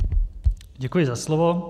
Děkuji za slovo.